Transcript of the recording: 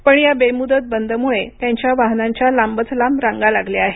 पण या बेमूदत बदमुळे त्यांच्या वाहनांच्या लांबच लांब रांगा लागल्या आहेत